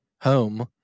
home